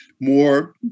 more